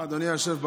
אדוני היושב בראש,